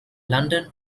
london